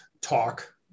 talk